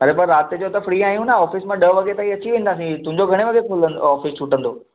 अरे पर राति जो त फ्री आहियूं न ऑफिस मां ॾह वॻे ताईं अची वेंदासीं तुंहिंजो घणे वॻे खुलनि ऑफिस छुटंदो